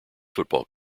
football